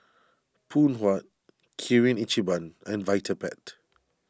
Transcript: Phoon Huat Kirin Ichiban and Vitapet